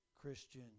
Christian